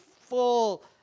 full